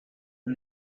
and